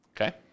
Okay